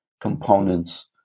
components